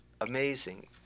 amazing